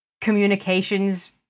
communications